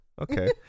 okay